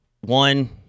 one